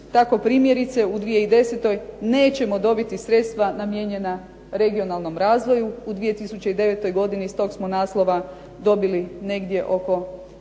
Tako primjerice u 2010. nećemo dobiti sredstva namijenjena regionalnom razvoju. U 2009. godini iz tog smo naslova dobili negdje oko